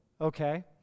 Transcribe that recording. okay